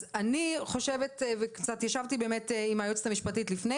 אז אני חושבת וקצת ישבתי באמת עם היועצת המשפטית לפני